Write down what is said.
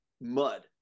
mud